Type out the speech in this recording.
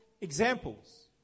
examples